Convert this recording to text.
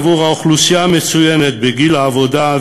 עבור האוכלוסייה המצוינת בגיל העבודה,